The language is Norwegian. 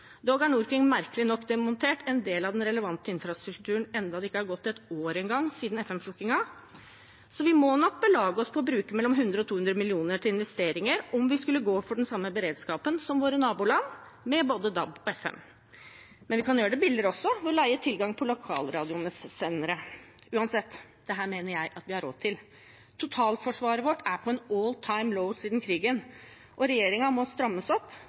Dog har Norkring merkelig nok demontert en del av den relevante infrastrukturen, enda det ikke har gått et år engang siden FM-slukkingen, så vi må nok belage oss på å bruke 100–200 mill. kr til investeringer om vi skulle gå for den samme beredskapen som våre naboland, med både DAB og FM. Vi kan gjøre det billigere også, ved å leie tilgang på lokalradioenes sendere. Uansett: Dette mener jeg vi har råd til. Totalforsvaret vårt er på et «all time low» siden krigen, og regjeringen må strammes opp.